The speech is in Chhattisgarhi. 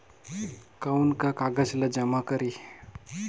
कौन का कागज ला जमा करी?